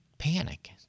panic